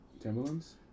Timberlands